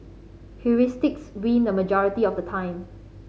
heuristics win the majority of the time